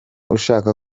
ushaka